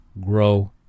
grow